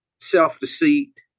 Self-deceit